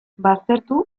baztertu